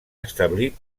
establir